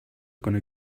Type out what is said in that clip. going